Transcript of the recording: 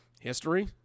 history